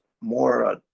more